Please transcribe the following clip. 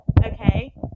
Okay